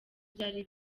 byari